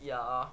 ya